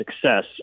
success